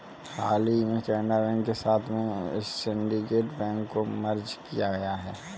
हाल ही में केनरा बैंक के साथ में सिन्डीकेट बैंक को मर्ज किया गया है